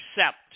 accept